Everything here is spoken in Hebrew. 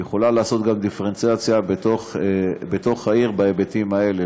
היא יכולה לעשות גם דיפרנציאציה בתוך העיר בהיבטים האלה,